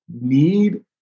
need